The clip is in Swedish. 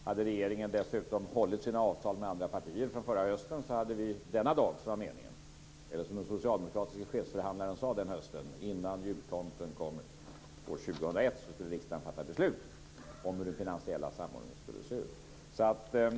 Hade regeringen dessutom hållit sina avtal med andra partier från förra hösten hade vi denna dag, som var meningen - eller som den socialdemokratiske chefsförhandlaren sade den hösten, innan jultomten kommer år 2001 - i riksdagen fattat beslut om hur den finansiella samordningen skulle se ut.